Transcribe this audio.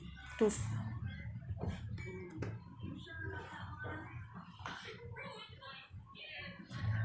to